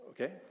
Okay